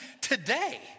today